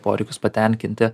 poreikius patenkinti